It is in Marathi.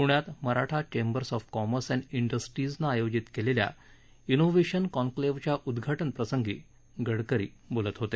पुण्यात मराठा चेंबर्स अॅफ कॉमर्स अष्ट्र डेस्ट्रीजनं आज आयोजित केलेल्या डीव्हेशन कॉन्क्लेवच्या उद्घाटनप्रसंगी गडकरी बोलत होते